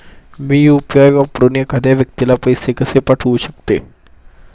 मी UPI वापरून एखाद्या व्यक्तीला पैसे कसे पाठवू शकते?